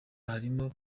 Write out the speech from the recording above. harimo